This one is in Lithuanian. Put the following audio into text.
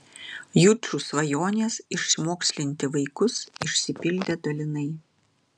jučų svajonės išmokslinti vaikus išsipildė dalinai